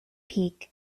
peak